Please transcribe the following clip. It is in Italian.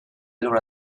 loro